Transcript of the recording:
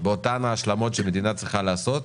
באותן ההשלמות שהמדינה צריכה לעשות.